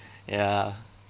ya